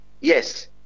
Yes